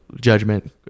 judgment